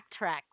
backtrack